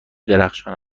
درخشان